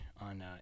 on